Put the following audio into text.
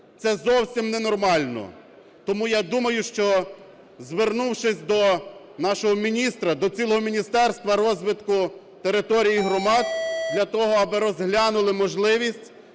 Це зовсім ненормально. Тому я думаю, що, звернувшись до нашого міністра, до цілого Міністерства розвитку територій і громад, для того, аби розглянули можливість